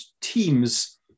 teams